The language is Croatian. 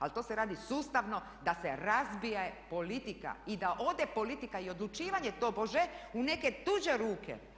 Ali to se radi sustavno da se razbije politika i da ode politika i odlučivanje tobože u neke tuđe ruke.